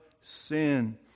sin